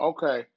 Okay